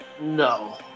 no